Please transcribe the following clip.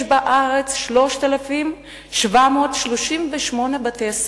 יש בארץ 3,738 בתי-ספר,